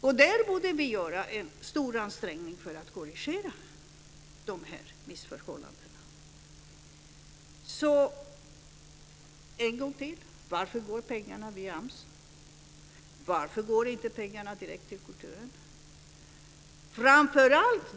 Vi borde göra en stor ansträngning för att korrigera dessa missförhållanden. Varför går inte pengarna direkt till kulturen?